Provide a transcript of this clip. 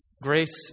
Grace